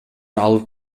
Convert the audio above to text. алып